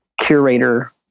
curator